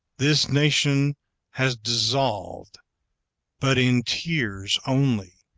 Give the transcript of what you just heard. this nation has dissolved but in tears only.